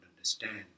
understand